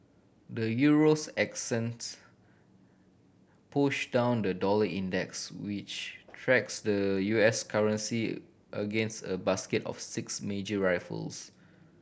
the Euro's ascents pushed down the dollar index which tracks the U S currency against a basket of six major rivals